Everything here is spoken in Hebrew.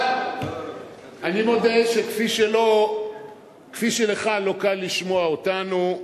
אבל אני מודה שכפי שלך לא קל לשמוע אותנו,